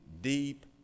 deep